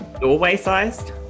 doorway-sized